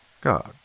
God